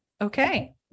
Okay